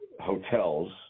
hotels